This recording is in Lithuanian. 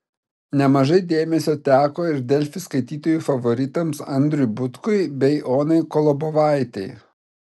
nemažai dėmesio teko ir delfi skaitytojų favoritams andriui butkui bei onai kolobovaitei